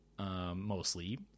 mostly